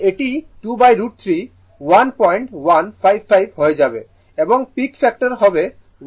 এটি 2√3 1155 হয়ে যাবে এবং পিক ফ্যাক্টর 1732 হবে